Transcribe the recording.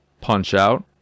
Punch-Out